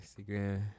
Instagram